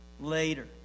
later